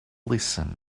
listen